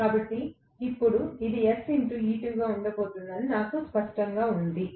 కాబట్టి ఇప్పుడు ఇది sE2 గా ఉండబోతోందని నాకు స్పష్టంగా ఉంది